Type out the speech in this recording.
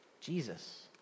Jesus